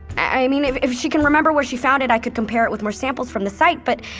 i i mean, if if she can remember where she found it, i could compare it with more samples from the site, but.